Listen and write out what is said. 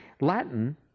Latin